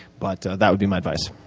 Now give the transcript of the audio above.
but that would be my advice.